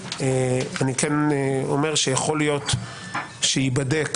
שאני כן אומר שיכול להיות שייבדק